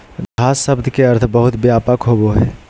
घास शब्द के अर्थ बहुत व्यापक होबो हइ